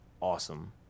awesome